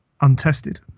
untested